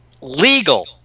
legal